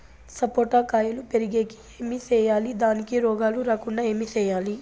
సపోట కాయలు పెరిగేకి ఏమి సేయాలి దానికి రోగాలు రాకుండా ఏమి సేయాలి?